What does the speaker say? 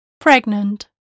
Pregnant